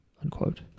unquote